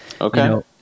Okay